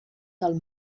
del